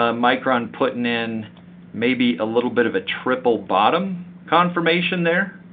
ah micron putting in maybe a little bit of a triple bottom confirmation there.